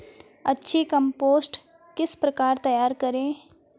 अच्छी कम्पोस्ट किस प्रकार तैयार करें?